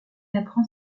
apprend